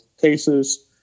cases